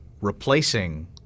replacing